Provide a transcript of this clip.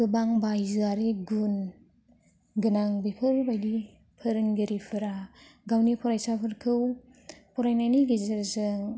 गोबां बायजोआरि गुन गोनां बेफोरबायदि फोरोंगिरिफोरा गावनि फरायसाफोरखौ फरायनायनि गेजेरजों